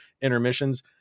intermissions